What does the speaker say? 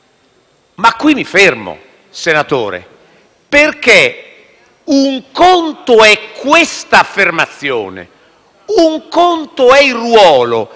Qui mi fermo, senatore Romeo. Un conto è questa affermazione; un conto è il ruolo